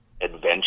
adventure